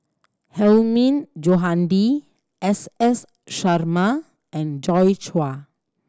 Hilmi Johandi S S Sarma and Joi Chua